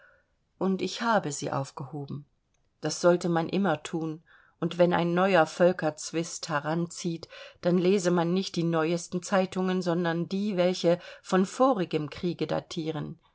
und ich habe sie aufgehoben das sollte man immer thun und wenn ein neuer völkerzwist heranzieht dann lese man nicht die neuesten zeitungen sondern die welche von vorigem kriege datieren